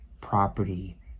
property